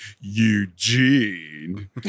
Eugene